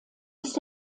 ist